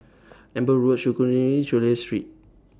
Amber Road Secondary Chulia Street